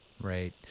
right